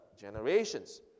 generations